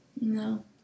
No